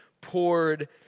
poured